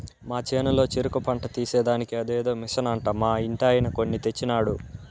మా చేనులో చెరుకు పంట తీసేదానికి అదేదో మిషన్ అంట మా ఇంటాయన కొన్ని తెచ్చినాడు